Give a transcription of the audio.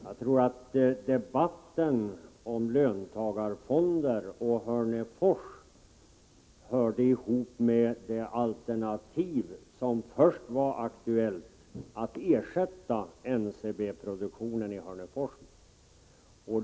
Jag tror att debatten om löntagarfonder och Hörnefors hörde ihop med det alternativ som först var aktuellt, nämligen att ersätta NCB-produktionen i Hörnefors.